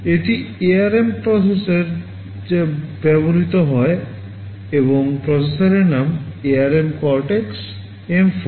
এটি ARM processor যা ব্যবহৃত হয় এবং প্রসেসরের নাম ARM Cortex M4